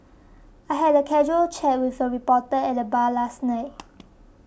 I had a casual chat with a reporter at the bar last night